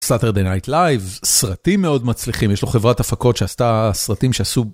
סאטרדי נייט לייב, סרטים מאוד מצליחים, יש לו חברת הפקות שעשתה סרטים שעשו.